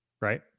right